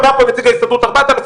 אמר פה נציג ההסתדרות 4,000,